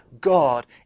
God